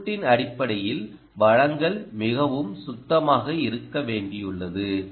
அவுட்புட்டின் அடிப்படையில் வழங்கல் மிகவும் சுத்தமாக இருக்க வேண்டி உள்ளது